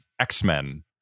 X-Men